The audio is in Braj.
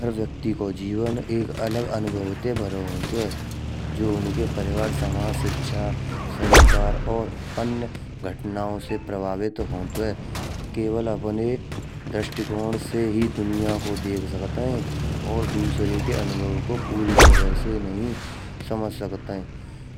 हर व्यक्ति को जीवन एक अलग अनुभव ते भरो होत है, जो उनके परिवार समाज शिक्षा संस्कार और अन्य घटनाओं से प्रभावित हो तो है। केवल अपने दृष्टिकोण से ही दुनिया को देख सकते हैं, और दूसरे के अनुभव को पूरी तरह से नहीं समझ सकते हैं।